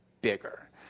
bigger